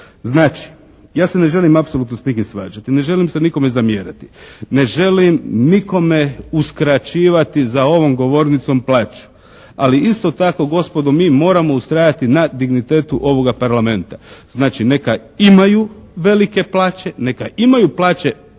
Znači ja se ne želim apsolutno s nikim svađati, ne želim se nikome zamjerati, ne želim nikome uskraćivati za ovom govornicom plaću, ali isto tako gospodo mi moramo ustrajati na dignitetu ovoga Parlamenta. Znači neka imaju velike plaće, neka imaju plaće